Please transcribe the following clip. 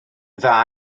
dda